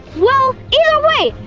well. either way,